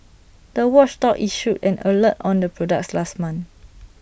the watchdog issued an alert on the products last month